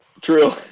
True